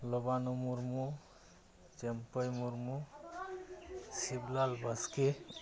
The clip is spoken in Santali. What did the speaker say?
ᱞᱚᱵᱟᱱ ᱢᱩᱨᱢᱩ ᱪᱟᱹᱢᱯᱟᱹᱭ ᱢᱩᱨᱢᱩ ᱥᱤᱵᱽᱞᱟᱞ ᱵᱟᱥᱠᱮ